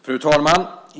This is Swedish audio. Fru talman!